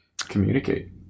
communicate